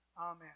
amen